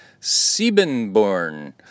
Siebenborn